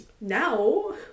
now